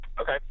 Okay